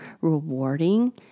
rewarding